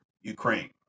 Ukraine